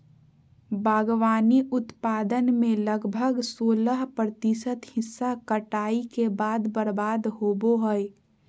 बागवानी उत्पादन में लगभग सोलाह प्रतिशत हिस्सा कटाई के बाद बर्बाद होबो हइ